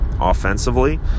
Offensively